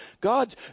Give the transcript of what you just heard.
God